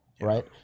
right